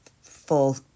full